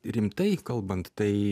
rimtai kalbant tai